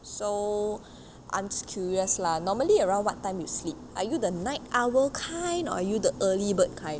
so I'm just curious lah normally around what time you sleep are you the night owl kind or are you the early bird kind